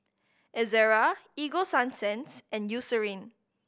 Ezerra Ego Sunsense and Eucerin